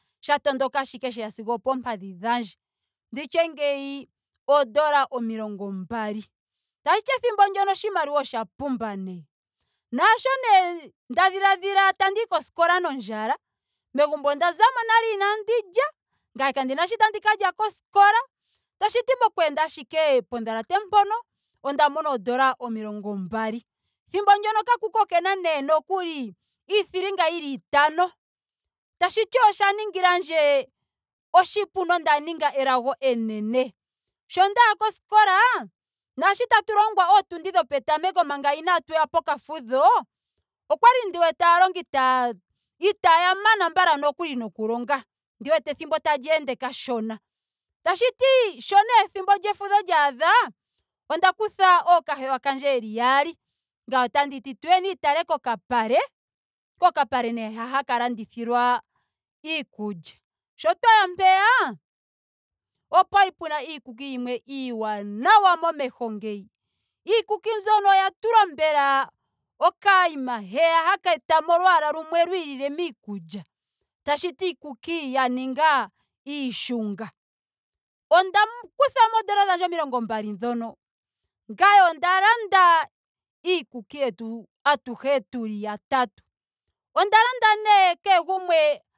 Sha tondoka ashike sheya sigo opoompadhi dhandje. Ndi tye ngeyi oodola omilongo mbali. Tashiti ethimbo ndyoka oshimaliwa osha pumba nee. Naasho nee nda dhiladhila tandiyi koskola nondjala. megumbo onda zamo nale inaandi lya. ngame kandina shoka tandi ka lya koskola. Tashiti moku enda ashike podhalate mpono onda mona oodola omilongo mbali. Ethimbo ndyono nokuli okakuki okena iithilinga yili itano. Tashiti osha ningilandje oshipu nonda ninga elago enene. Sho ndaya koskola naasho tatu longwa ootundi dhopetameko manga inaatuya pokafudho okwali ndi wete aalongi taya itaaya mana mbala nokuli noku longa. Ndi wete ethimbo tali ende kashona. Tashiti sho nee ethimbo lyefudho lyaadha. onda kutha ookahewa kandje yeli yaali. Ngame otandi ti ituyeni utale kokapale. kokapale nee ha haku landithilwa iikulya. Sho twaya mpeya. opwali puna iikuki yimwe iiwanawa momeho ngeyi. Iikuki mbyono oya tulwa mbela okayima heya haka etamo olwaala lumwe miikulya. tashiti iikuki ya ninga iishunga. Onda kuthamo oodola dhandje omilongo mbali dhono. ngame onda landa iikuku yetu atuhe tuli yatatu. Onda landa nee kehe gumwe